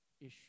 issue